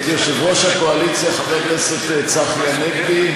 את זה צריך לשאול את יושב-ראש הקואליציה חבר הכנסת צחי הנגבי.